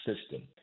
system